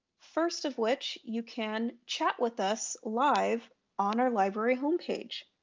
first of which you can chat with us live on our library homepage.